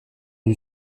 une